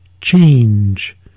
change